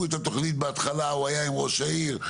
את התכונית בהתחלה הוא היה ראש העיר,